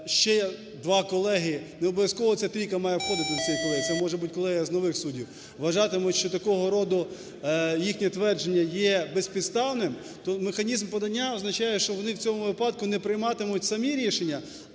ще два колеги (не обов'язково ця трійка має входити до цієї колегії, це може бути колегія з нових суддів) вважатимуть, що такого роду їхнє твердження є безпідставним, то механізм подання означає, що вони в цьому випадку не прийматимуть самі рішення,